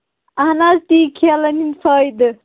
اَہَن حظ تی کھیلَن ہٕنٛدۍ فٲیدٕ